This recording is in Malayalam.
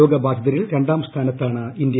രോഗബാധിതരിൽ ്രണ്ടാം സ്ഥാനത്താണ് ഇന്ത്യ